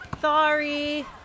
Sorry